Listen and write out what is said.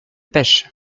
pêche